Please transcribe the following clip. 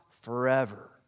forever